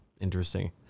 interesting